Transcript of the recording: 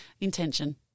Intention